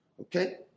Okay